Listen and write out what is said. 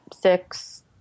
Six